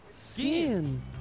Skin